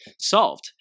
solved